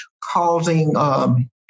causing